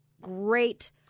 great